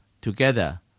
together